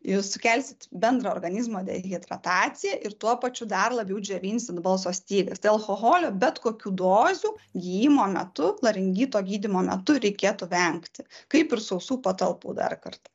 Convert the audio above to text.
jūs sukelsit bendrą organizmo dehidrataciją ir tuo pačiu dar labiau džiovinsit balso stygas tai alkoholio bet kokių dozių gijimo metu laringito gydymo metu reikėtų vengti kaip ir sausų patalpų dar kartą